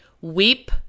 weep